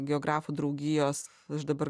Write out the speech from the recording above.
geografų draugijos aš dabar